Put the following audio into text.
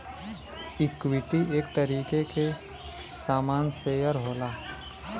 equity एक तरीके के सामान शेअर होला